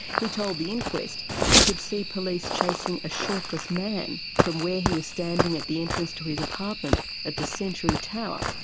he told the inquest he could see police chasing a shirtless man from where he was standing at the entrance to his apartment at the century tower.